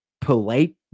polite